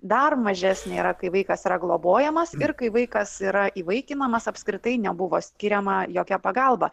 dar mažesnė yra kai vaikas yra globojamas ir kai vaikas yra įvaikinamas apskritai nebuvo skiriama jokia pagalba